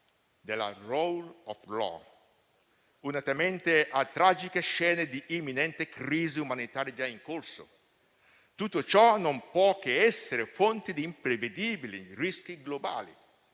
della *rule of law*, unitamente a tragiche scene di un'imminente crisi umanitaria in corso. Tutto ciò non può che essere fonte di imprevedibili rischi globali